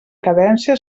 cadència